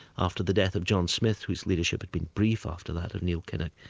after the death of john smith whose leadership had been brief, after that of neil kinnock,